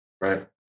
Right